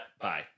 bye